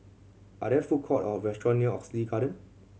are there food courts or restaurants near Oxley Garden